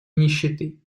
нищеты